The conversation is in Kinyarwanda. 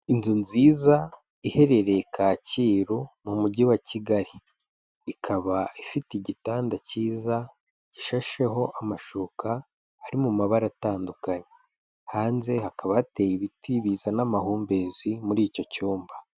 Inzu nziza iherereye Kacyiru, mu mujyi wa kigali, ikaba ifite igitanda cyiza gishasheho amashuka, ari mu mabara atandukanye, hanze hakaba hateye ibiti biza n'amahumbezi muri icyo cyumba.